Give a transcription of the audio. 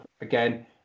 again